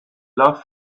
love